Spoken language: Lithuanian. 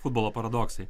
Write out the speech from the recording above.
futbolo paradoksai